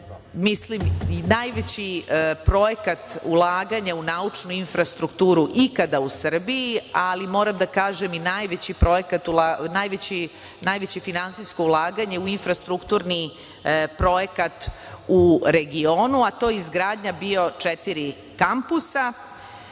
podržala najveći projekat ulaganja u naučnu infrastrukturu ikada u Srbiji, ali moram da kažem i najveće finansijsko ulaganje u infrastrukturni projekat u regionu, a to je izgradnja BIO4 kampusa. Vlada